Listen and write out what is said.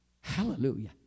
Hallelujah